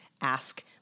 ask